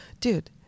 dude